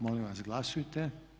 Molim vas glasujte.